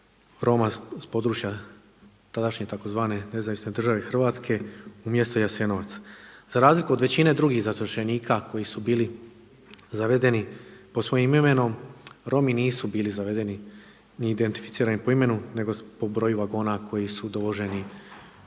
Roma s područja tadašnje tzv. NDH u mjesto Jasenovac. Za razliku od većine drugih zatočenika koji su bili zavedeni pod svojim imenom Romi nisu bili zavedeni ni identificirani po imenu nego po broju vagona koji su dovoženi